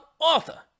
Arthur